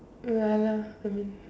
ya lah